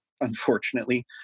unfortunately